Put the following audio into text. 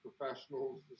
professionals